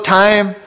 time